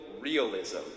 realism